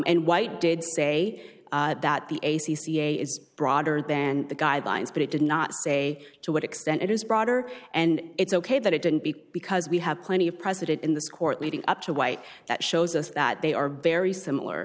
and white did say that the a c c is broader than the guidelines but it did not say to what extent it is broader and it's ok that it didn't be because we have plenty of precedent in this court leading up to white that shows us that they are very similar